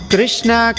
Krishna